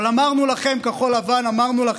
אבל אמרנו לכם, כחול לבן, אמרנו לכם: